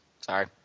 Sorry